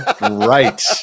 Right